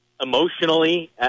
emotionally